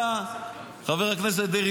חבר הכנסת דרעי,